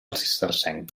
cistercenc